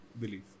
belief